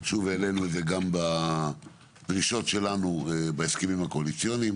אנחנו שוב העלינו את זה גם בדרישות שלנו בהסכמים הקואליציוניים,